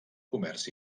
comerç